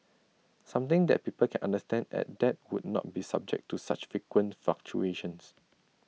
something that people can understand and that would not be subject to such frequent fluctuations